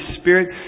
Spirit